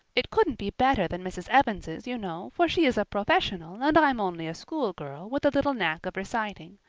it couldn't be better than mrs. evans's, you know, for she is a professional, and i'm only a schoolgirl, with a little knack of reciting.